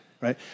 right